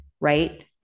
right